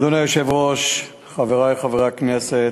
1 3. אדוני היושב-ראש, חברי חברי הכנסת,